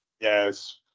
yes